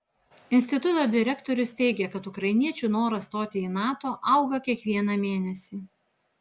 instituto direktorius teigia kad ukrainiečių noras stoti į nato auga kiekvieną mėnesį